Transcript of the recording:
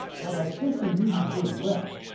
what i think he really did well,